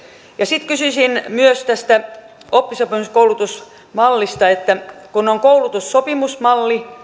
ja sitten kysyisin myös tästä oppisopimuskoulutusmallista kun on koulutussopimusmalli